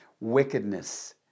Wickedness